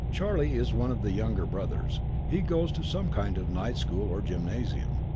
charlie is one of the younger brothers. he goes to some kind of night school or gymnasium.